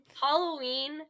Halloween